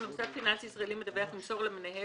מוסד פיננסי ישראלי מדווח ימסור למנהל